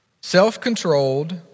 Self-controlled